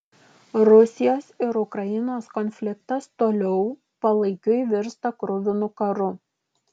rusijos ir ukrainos konfliktas toliau palaikiui virsta kruvinu karu